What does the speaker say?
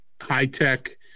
high-tech